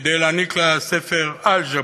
כדי להעניק לה ספר על ז'בוטינסקי,